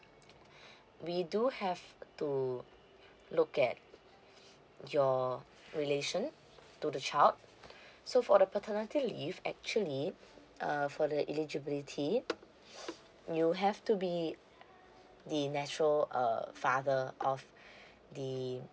we do have to look at your relation to the child so for the paternity leave actually uh for the eligibility you have to be the natural uh father of the